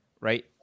right